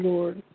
Lord